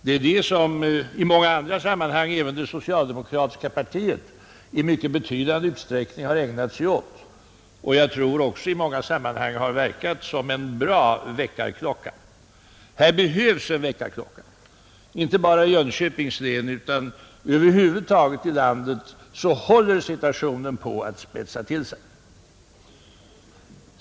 Det är detta som i många andra sammanhang även det socialdemokratiska partiet i mycket stor utsträckning har ägnat sig åt och som då verkat som en bra väckarklocka. Här behövs en väckarklocka, inte bara i Jönköpings län utan över huvud taget, eftersom situationen håller på att spetsa till sig.